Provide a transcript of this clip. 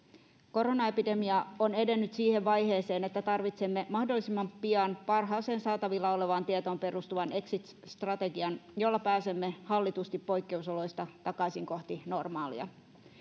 koronaepidemia on edennyt siihen vaiheeseen että tarvitsemme mahdollisimman pian parhaaseen saatavilla olevaan tietoon perustuvan exit strategian jolla pääsemme hallitusti poikkeusoloista takaisin kohti normaalia